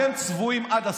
אתם צבועים עד הסוף.